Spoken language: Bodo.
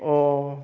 अ